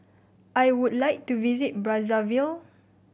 I would like to visit Brazzaville